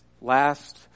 last